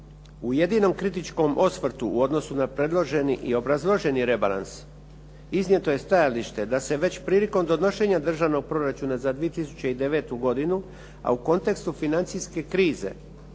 u jedinom kritičkom osvrtu u odnosu na predloženi i obrazloženi rebalans, iznijeto je stajalište da se već prilikom donošenja Državnog proračuna za 2009. godinu, a u kontekstu financijske krize